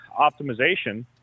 optimization